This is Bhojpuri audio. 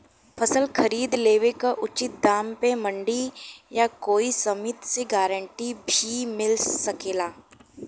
फसल खरीद लेवे क उचित दाम में मंडी या कोई समिति से गारंटी भी मिल सकेला?